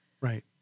right